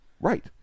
right